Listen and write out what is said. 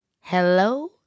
Hello